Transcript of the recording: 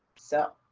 so,